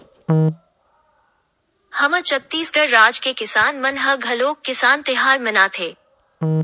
हमर छत्तीसगढ़ राज के किसान मन ह घलोक किसान तिहार मनाथे